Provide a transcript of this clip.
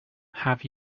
have